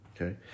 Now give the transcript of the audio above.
Okay